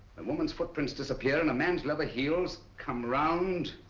and woman's footprints disappear and a man's leather heels come round,